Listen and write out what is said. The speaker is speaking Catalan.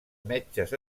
metges